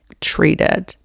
treated